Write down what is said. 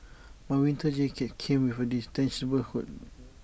my winter jacket came with A detachable hood